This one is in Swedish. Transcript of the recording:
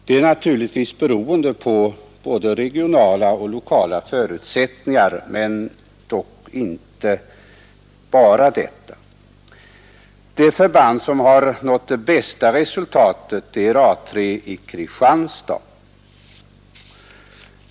Det är naturligtvis beroende på både regionala och lokala förutsättningar, men dock inte enbart detta. Det förband som nått det bästa resultatet är A 3 i Kristianstad.